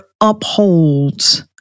upholds